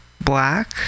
black